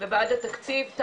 ובעד התקציב,